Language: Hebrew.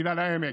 במגדל העמק,